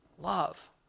love